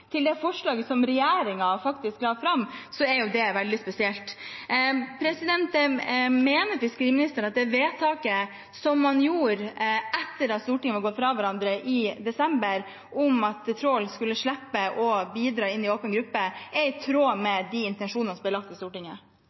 til det forslaget regjeringen faktisk la fram – er det veldig spesielt. Mener fiskeriministeren at det vedtaket man gjorde etter at Stortinget var gått fra hverandre i desember, om at trål skulle slippe å bidra i åpen gruppe, er i tråd med de intensjonene som ble lagt i Stortinget?